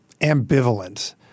ambivalent